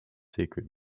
sacred